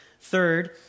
third